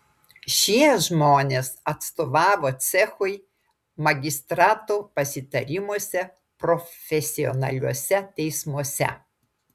šie žmonės atstovavo cechui magistrato pasitarimuose profesionaliuose teismuose